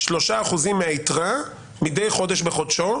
3% מהיתרה מדי חודש בחודשו